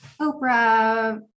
oprah